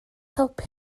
helpu